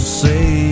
say